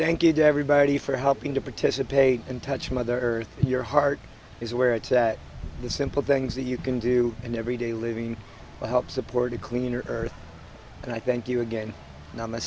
thank you to everybody for helping to participate and touch mother earth and your heart is where it's at the simple things that you can do and everyday living help support a cleaner earth and i thank you again now my